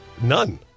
None